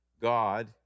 God